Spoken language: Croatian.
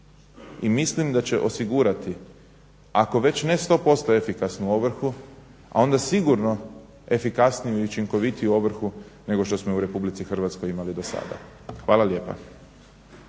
I mislim da će osigurati ako već ne 100% efikasnu ovrhu, a onda sigurno efikasniju i učinkovitiju ovrhu nego što smo u RH imali do sada. Hvala lijepa.